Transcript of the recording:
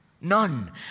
none